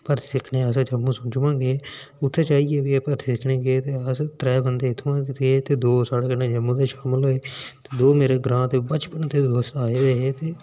भर्थी दिक्खने गी अस जम्मू सूंजमा गे ते उत्थैं जाइयै बी भर्थी दिक्खने गी गे ते अस त्रै बंदे इत्थुआं गे ते दौं साढ़े कन्नै जम्मू दा शामिल होए ओह् मेरे ग्रां दे बचपन दे दोस्त आए दे हे